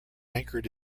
anchored